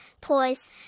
poise